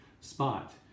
spot